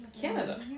Canada